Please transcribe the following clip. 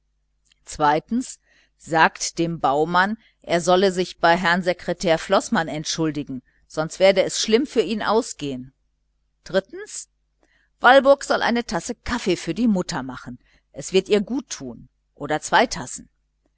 zweitens sagt dem baumann er solle sich bei herrn sekretär floßmann entschuldigen sonst werde es schlimm für ihn ausgehen drittens walburg soll eine tasse kaffee für die mutter machen es wird ihr gut tun oder zwei tassen